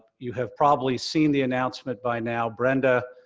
you have probably seen the announcement by now. brenda,